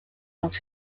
dans